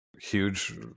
huge